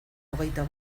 hogeita